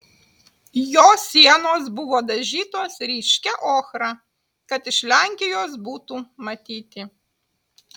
jo sienos buvo dažytos ryškia ochra kad iš lenkijos būtų matyti